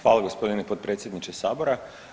Hvala gospodine potpredsjedniče sabora.